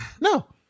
No